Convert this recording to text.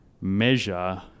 measure